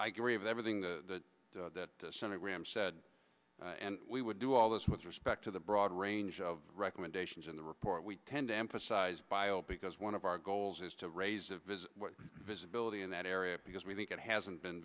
i gree of everything the that senator graham said and we would do all this with respect to the broad range of recommendations in the report we tend to emphasize because one of our goals is to raise a visit visibility in that area because we think it hasn't been